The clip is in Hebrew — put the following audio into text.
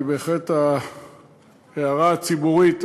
כי בהחלט ההערה הציבורית,